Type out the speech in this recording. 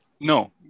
No